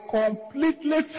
completely